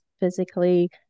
physically